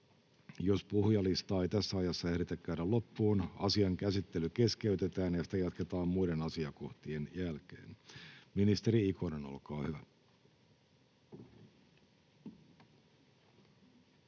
jos puhujalistaa ei päästä loppuun, asian käsittely keskeytetään ja sitä jatketaan muiden asiakohtien jälkeen. — Nyt ministeri Ikonen, olkaa hyvä.